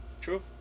True